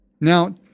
Now